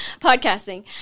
podcasting